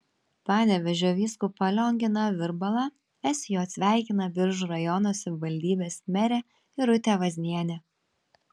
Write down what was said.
panevėžio vyskupą lionginą virbalą sj sveikina biržų rajono savivaldybės merė irutė vaznienė